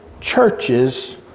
churches